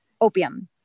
Opium